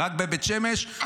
רק בבית שמש,